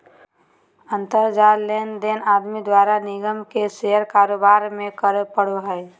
अंतर जाल लेनदेन आदमी द्वारा निगम के शेयर कारोबार में करे पड़ो हइ